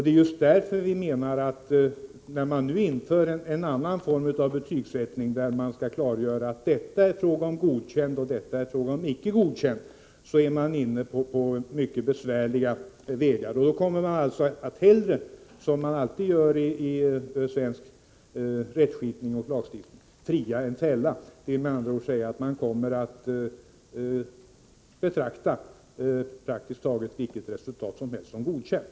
Det är just därför vi menar att man — när man nu inför en annan form av betygsättning, som innebär att man skall klargöra att den och den är godkänd resp. icke godkänd —-ärinne på mycket besvärliga vägar. Då kommer man hellre, som alltid sker i fråga om svensk rättskipning och lagstiftning, att fria än att fälla. Med andra ord: Man kommer att betrakta praktiskt taget vilket resultat som helst såsom godkänt.